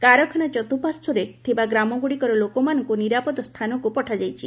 କାରଖାନା ଚତୁଃପାର୍ଶ୍ୱରେ ଥିବା ଗ୍ରାମଗୁଡ଼ିକର ଲୋକମାନଙ୍କୁ ନିରାପଦ ସ୍ଥାନକୁ ପଠାଯାଇଛି